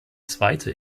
zweite